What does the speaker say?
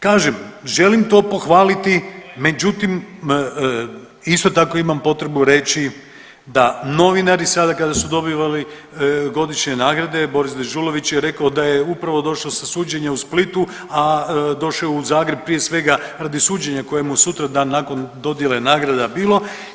Kažem želim to pohvaliti međutim isto tako imam potrebu reći da novinari sada kada su dobivali godišnje nagrade, Boris Dežulović je rekao da je upravo došao sa suđenja u Splitu, a došao je u Zagreb prije svega radi suđenja koje mu je sutradan radi dodjele nagrada bilo.